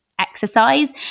Exercise